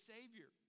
Savior